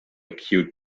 cute